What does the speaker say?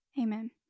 Amen